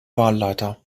wahlleiter